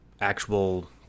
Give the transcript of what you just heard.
actual